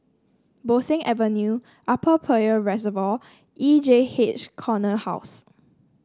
Bo Seng Avenue Upper Peirce Reservoir E J H Corner House